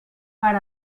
per